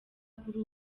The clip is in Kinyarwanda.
kuri